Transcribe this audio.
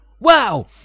Wow